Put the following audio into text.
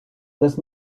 das